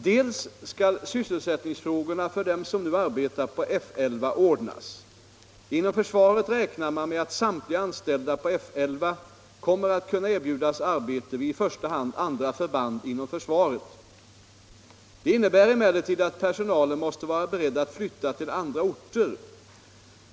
Till att börja med skall sysselsättningsfrågorna för dem som nu arbetar på F 11 ordnas. Inom försvaret räknar man med att samtliga anställda på F 11 kommer att kunna erbjudas arbete vid i första hand andra förband inom försvaret. Det innebär emellertid att personalen måste vara beredd att flytta till andra orter.